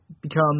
become